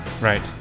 Right